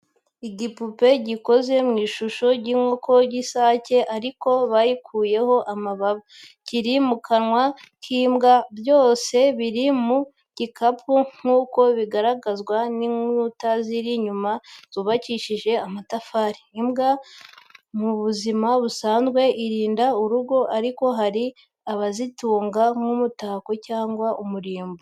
Igipupe gikoze mu ishusho y’inkoko y’isake ariko bayikuyeho amababa, kiri mu kanwa k’imbwa. Byose biri mu gipangu nk’uko bigaragazwa n’inkuta ziri inyuma zubakishije amatafari. Imbwa mu buzima busanzwe irinda urugo ariko hari n’abazitunga nk’umutako cyangwa umurimbo.